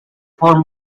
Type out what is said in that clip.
for